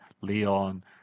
leon